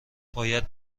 باید